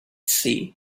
sea